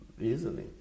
easily